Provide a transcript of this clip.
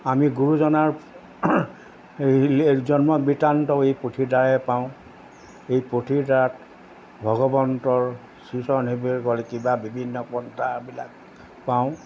আমি গুৰুজনাৰ এই জন্ম বৃতান্ত এই পুথিৰদ্বাৰাই পাওঁ এই পুথিৰ তাত ভগৱন্তৰ শ্ৰীচৰণেবেৰ কৰে কিবা বিভিন্ন পন্থাবিলাক পাওঁ